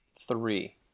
three